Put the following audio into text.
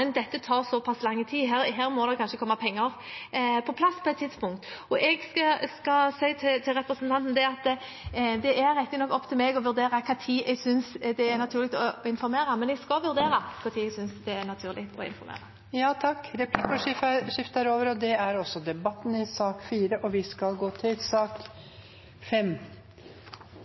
dette tar såpass lang tid, her må det kanskje komme penger på plass på et tidspunkt. Det er riktignok opp til meg å vurdere når jeg synes det er naturlig å informere, men jeg skal vurdere når jeg synes det er naturlig å informere. Replikkordskiftet er over. Flere har ikke bedt om ordet til sak nr. 4. Etter ønske fra næringskomiteen vil den fordelte taletid i debatten bli begrenset til 1 time og